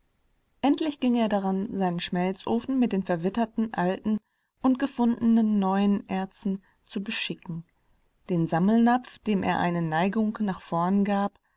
endlich ging er daran seinen schmelzofen mit den verwitterten alten und gefundenen neuen erzen zu beschicken den sammelnapf dem er eine neigung nach vorn gab